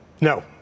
No